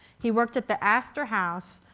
he worked at the astor house,